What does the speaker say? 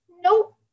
nope